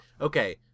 Okay